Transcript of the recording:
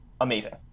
amazing